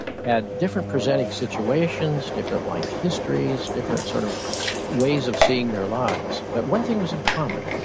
had different presenting situations, different life histories, different sort of ways of seeing their lives, but one thing was in common,